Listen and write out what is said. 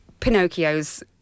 Pinocchios